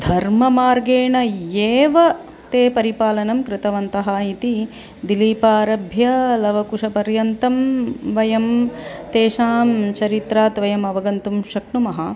धर्ममार्गेण एव ते परिपालनं कृतवन्तः इति दिलीपारभ्य लवकुशपर्यन्तं वयं तेषां चरित्रात् वयम् अवगन्तुं शक्नुमः